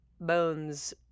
bones